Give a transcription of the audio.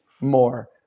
more